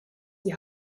die